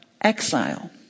exile